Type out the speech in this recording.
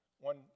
one